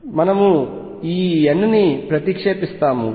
మనము ఈ n ని ప్రతిక్షేపిస్తాము